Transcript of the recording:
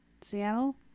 Seattle